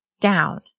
Down